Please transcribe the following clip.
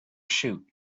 shoot